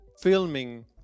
filming